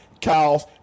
cows